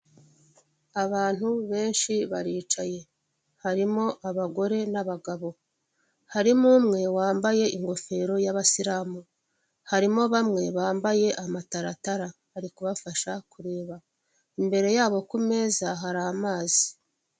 Abantu benshi baricaye harimo abagore n'abagabo, harimo umwe wambaye ingofero y'abasilam,u harimo bamwe bambaye amataratara, ari kubafasha kureba imbere yabo ku meza hari amazi.